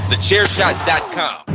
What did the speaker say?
Thechairshot.com